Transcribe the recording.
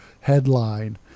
headline